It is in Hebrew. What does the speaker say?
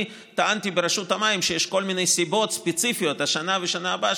אני טענתי ברשות המים שיש כל מיני סיבות ספציפיות השנה ובשנה הבאה,